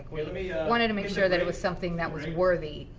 we wanted to make sure that it was something that was worthy,